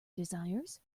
desires